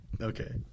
Okay